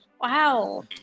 Wow